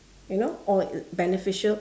you know or beneficial